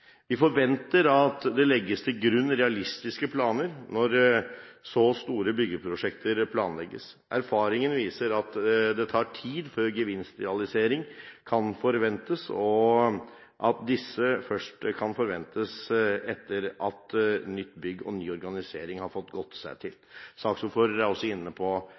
Vi forventer at det legges til grunn realistiske planer når så store byggeprosjekter planlegges. Erfaringer viser at det tar tid før gevinstrealisering kan forventes, og at disse først kan forventes etter at nytt bygg og ny organisering har fått gått seg til. Saksordføreren er også meget grundig inne på